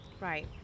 Right